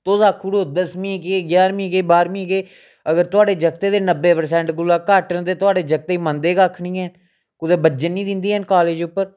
तुस आखी उड़ो दसमीं केह् ञारमीं केह् बाह्रमीं केह् अगर तुआढ़े जागते दे नब्बै प्रसैंट कोला घट्ट न तुआढ़े जागते गी मन्नदे कक्ख नी हैन कुदै बज्जन नी दिंदे हैन कालेज उप्पर